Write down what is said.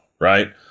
right